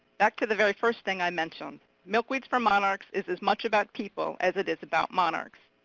back to the very first thing i mentioned. milkweeds for monarchs is as much about people as it is about monarchs.